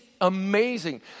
amazing